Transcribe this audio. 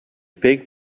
big